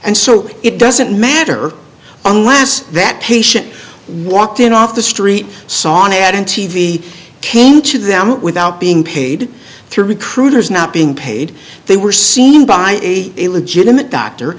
and so it doesn't matter unless that patient walked in off the street saw an ad on t v came to them without being paid through recruiters not being paid they were seen by a legitimate doctor